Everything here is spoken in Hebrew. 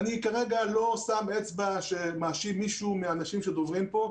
אני כרגע לא מפנה אצבע ומאשים מישהו מהאנשים שדוברים פה,